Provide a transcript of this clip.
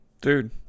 Dude